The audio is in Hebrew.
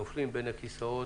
פרטים שנופלים בין הכיסאות.